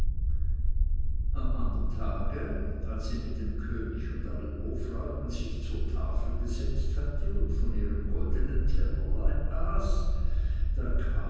am andern tage als sie mit dem könig und allen hofleuten sich zur tafel gesetzt hatte und von ihrem goldenen tellerlein aß da